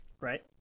right